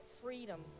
freedom